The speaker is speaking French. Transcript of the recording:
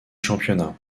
championnat